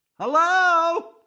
Hello